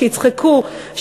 שיצחקו,